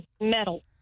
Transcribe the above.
metal